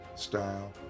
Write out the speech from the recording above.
Style